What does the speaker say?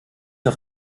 auf